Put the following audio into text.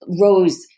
rose